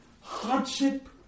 hardship